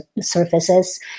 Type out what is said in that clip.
surfaces